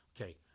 Okay